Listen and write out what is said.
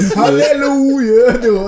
hallelujah